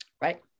Right